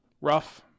Rough